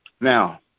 Now